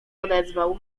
odezwał